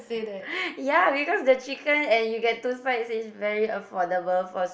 ya because the chicken and you get two sides is very affordable for